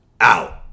out